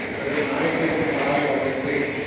but at night they can ride on its beam.